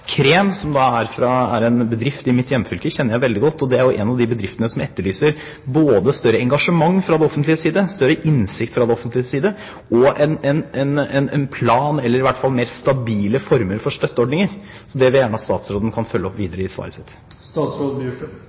som er en bedrift i mitt hjemfylke, kjenner jeg veldig godt. Det er en av de bedriftene som etterlyser større engasjement fra det offentliges side, større innsikt fra det offentliges side og en plan, eller i hvert fall mer stabile former for støtteordninger. Det vil jeg gjerne at statsråden følger opp videre i svaret